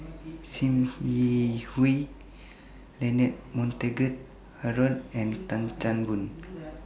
SIM Yi Hui Leonard Montague Harrod and Tan Chan Boon